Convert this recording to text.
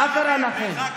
מה קרה לכם?